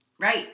Right